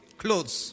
clothes